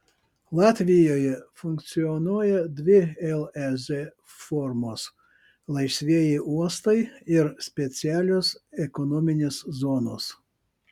latvijoje funkcionuoja dvi lez formos laisvieji uostai ir specialios ekonominės zonos